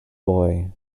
boy